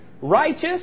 righteous